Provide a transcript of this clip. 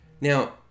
now